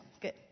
Good